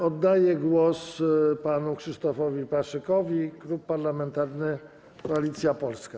Oddaję głos panu Krzysztofowi Paszykowi, Klub Parlamentarny Koalicja Polska.